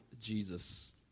Jesus